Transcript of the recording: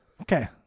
Okay